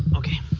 okay?